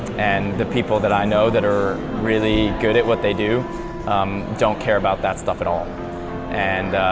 and the people that i know that are really good at what they do don't care about that stuff at all and